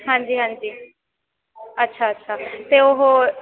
ਹਾਂਜੀ ਹਾਂਜੀ ਅੱਛਾ ਅੱਛਾ ਅਤੇ ਉਹ